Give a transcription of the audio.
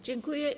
Dziękuję.